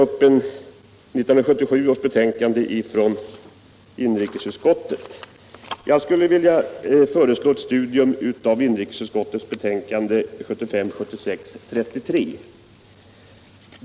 Per Ahlmark talade om två betänkanden från inrikesutskottet, men jag skulle vilja föreslå honom ett studium av inrikesutskottets betänkande 1975/76:33.